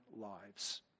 lives